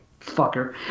fucker